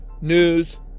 news